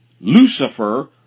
Lucifer